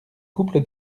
couple